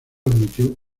admitió